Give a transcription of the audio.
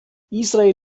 israel